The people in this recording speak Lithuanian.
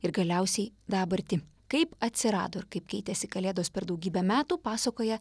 ir galiausiai dabartį kaip atsirado ir kaip keitėsi kalėdos per daugybę metų pasakoja